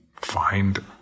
find